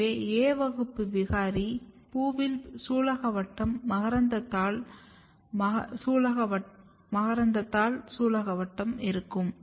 எனவே A வகுப்பு விகாரி பூவில் சூலகவட்டம் மகரந்தத்தாள் மகரந்தத்தாள் சூலகவட்டம் இருக்கும்